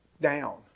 down